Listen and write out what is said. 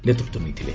ନେତୃତ୍ୱ ନେଇଥିଲେ